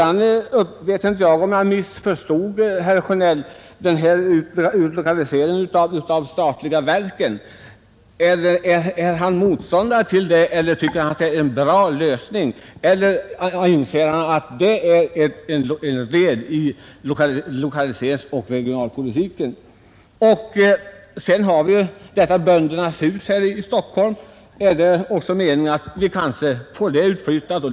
Jag vet inte om jag missförstod herr Sjönell när han talade om utlokaliseringen av statliga verk. Är han motståndare till det eller tycker han att det är en bra lösning? Anser han att det är ett led i lokaliseringsoch regionalpolitiken? Är det kanske rent av meningen att också Böndernas hus i Stockholm skall flyttas ut?